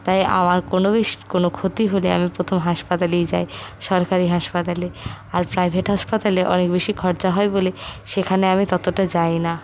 তাই আমার কোনো কোনো ক্ষতি হলে আমি প্রথম হাসপাতালেই যাই সরকারি হাসপাতালে আর প্রাইভেট হাসপাতালে অনেক বেশি খরচা হয় বলে সেখানে আমি ততটা যাই না